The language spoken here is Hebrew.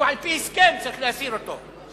שעל-פי הסכם צריך להסיר אותו.